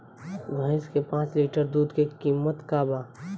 भईस के पांच लीटर दुध के कीमत का बा?